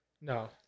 No